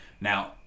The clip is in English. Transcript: Now